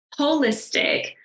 holistic